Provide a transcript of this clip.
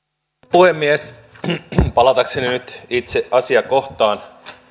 puhemies palatakseni nyt itse asiakohtaan